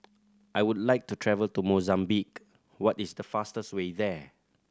I would like to travel to Mozambique what is the fastest way there